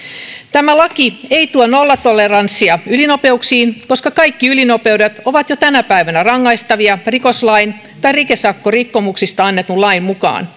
tämä laki ei tuo nollatoleranssia ylinopeuksiin koska kaikki ylinopeudet ovat jo tänä päivänä rangaistavia rikoslain tai rikesakkorikkomuksista annetun lain mukaan